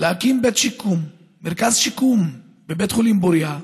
להקים בית שיקום, מרכז שיקום בבית חולים פוריה.